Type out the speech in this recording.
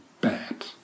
bad